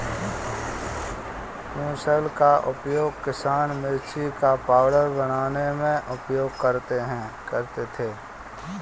मुसल का उपयोग किसान मिर्ची का पाउडर बनाने में उपयोग करते थे